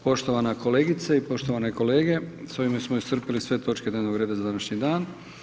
Poštovana kolegice i poštovane kolege s ovime smo iscrpili sve točke dnevnog reda za današnji dan.